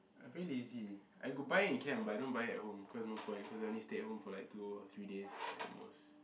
I very lazy I could buy it in camp but I don't buy it at home cause no point cause I only stay at home for like two or three days at most